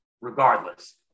regardless